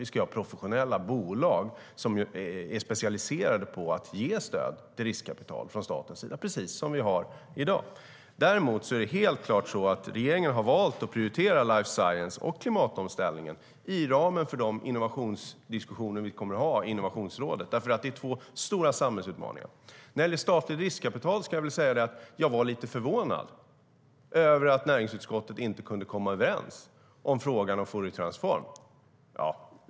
Vi ska ha professionella bolag som är specialiserade på att ge stöd till riskkapital från statens sida, precis som vi har i dag. När det gäller statligt riskkapital ska jag säga att jag var lite förvånad över att näringsutskottet inte kunde komma överens om frågan om Fouriertransform.